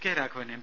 K Raghavan M